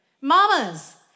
Mamas